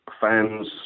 Fans